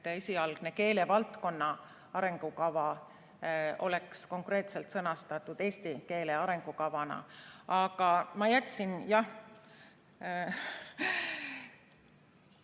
esialgne keelevaldkonna arengukava oleks konkreetselt sõnastatud eesti keele arengukavana. Aga ma jätsin